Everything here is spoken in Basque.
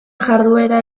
jarduera